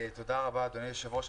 תודה רבה, אדוני היושב-ראש.